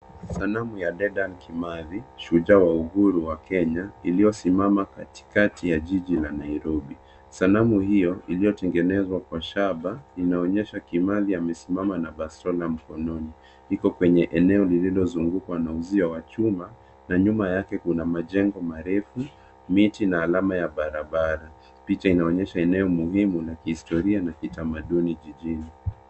Sanamu ya Dedan Kimathi, shujaa wa uhuru wa Kenya, iliyosimama katikati ya jiji la Nairobi. Sanamu hiyo, iliyotengenezwa kwa shaba, inaonyesha Kimathi amesimama na bastola mkononi. Iko kwenye eneo lililozungukwa na uzio wa chuma, na nyuma yake kuna majengo marefu, miti, na alama ya barabara. Picha inaonyesha eneo muhimu na kihistoria na kitamaduni jijini.